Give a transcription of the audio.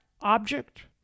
object